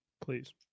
please